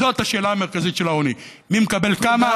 זאת השאלה המרכזית של העוני: מי מקבל כמה,